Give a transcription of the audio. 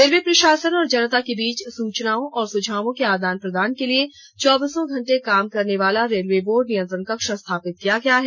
railway प्रशासन और जनता के बीच सूचनाओं और सुझावों को आदान प्रदान के लिए चौबीसों घंटे काम करनेवाला रेलवे बोर्ड नियंत्रण कक्ष स्थापित किया गया है